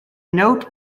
note